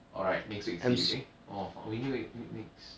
alright next week see eh orh fuck we need wait next